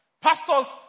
Pastors